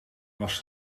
was